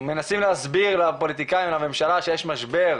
מנסים להסביר לפוליטיקאים ולממשלה שיש משבר,